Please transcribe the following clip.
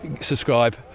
subscribe